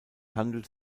handelt